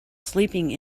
sleeping